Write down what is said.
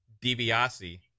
DiBiase